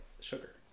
sugar